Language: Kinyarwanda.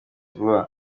vuba